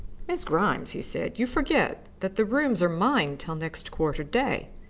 miss grimes, he said, you forget that the rooms are mine till next quarter day.